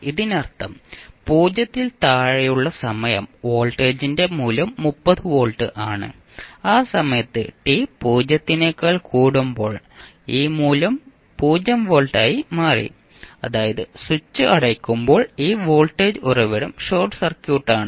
ഇതിനർത്ഥം 0 ൽ താഴെയുള്ള സമയം വോൾട്ടേജിന്റെ മൂല്യം 30 വോൾട്ട് ആണ് ആ സമയത്ത് ടി 0 നേക്കാൾ കൂടുമ്പോൾ ഈ മൂല്യം 0 വോൾട്ടായി മാറി അതായത് സ്വിച്ച് അടയ്ക്കുമ്പോൾ ഈ വോൾട്ടേജ് ഉറവിടം ഷോർട്ട് സർക്യൂട്ട് ആണ്